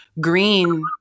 green